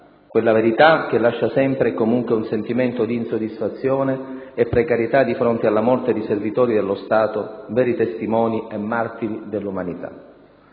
quella verità che lascia sempre e comunque un sentimento di insoddisfazione e precarietà di fronte alla morte di servitori dello Stato, veri testimoni e martiri dell'umanità.